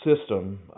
system